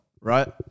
right